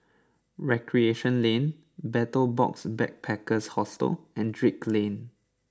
Recreation Land Betel Box Backpackers Hostel and Drake Lane